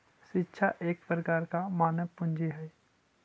शिक्षा एक प्रकार के मानव पूंजी हइ